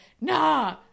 nah